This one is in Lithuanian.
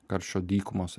karščio dykumos